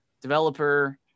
developer